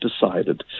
decided